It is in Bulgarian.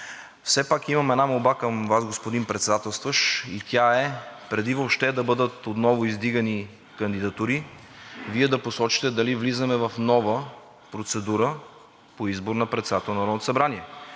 Все пак имам една молба към Вас, господин Председателстващ, и тя е: преди въобще да бъдат отново издигани кандидатури, Вие да посочите дали влизаме в нова процедура по избор на председател на Народното събрание.